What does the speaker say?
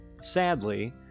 sadly